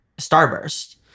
Starburst